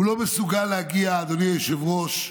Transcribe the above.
הוא לא מסוגל להגיע, אדוני היושב-ראש,